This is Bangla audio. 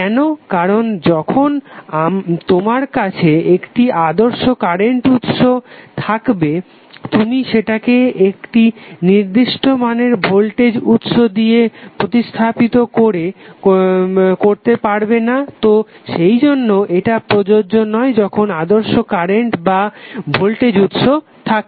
কেন কারণ যখন তোমার কাছে একটি আদর্শ কারেন্ট উৎস থাকবে তুমি সেটাকে একটি নির্দিষ্ট মানের ভোল্টেজ উৎস দিয়ে প্রতিস্থাপিত করে পারবে না তো সেইজন্য এটা প্রযোজ্য নয় যখন আদর্শ কারেন্ট বা ভোল্টেজ উৎস থাকে